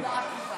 היא של הבית הזה.